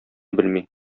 белми